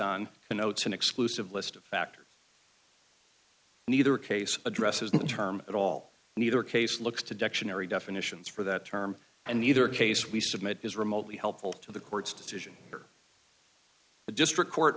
on the notes an exclusive list of factors in either case addresses in the term at all neither case looks to dictionary definitions for that term and neither case we submit is remotely helpful to the court's decision or the district court